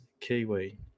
Kiwi